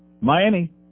Miami